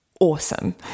awesome